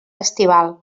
estival